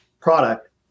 product